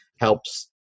helps